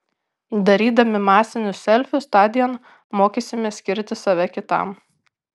darydami masinius selfius tądien mokysimės skirti save kitam